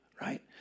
right